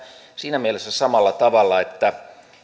siinä mielessä samalla tavalla että